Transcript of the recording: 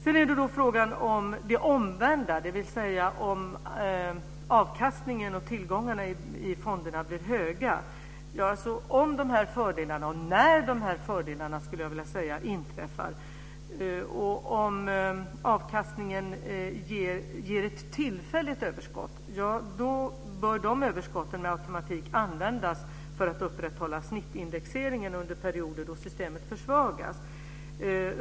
Sedan är det frågan om det omvända, dvs. om avkastningen och tillgångarna i fonderna blir höga. Om och när fördelarna inträffar - om avkastningen ger ett tillfälligt överskott - bör överskotten med automatik användas för att upprätthålla snittindexeringen under perioder då systemet försvagas.